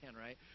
right